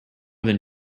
than